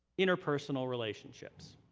interpersonal relationships.